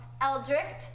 Eldritch